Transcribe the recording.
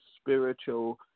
spiritual